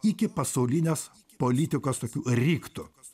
iki pasaulinės politikos tokių riktų